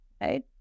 right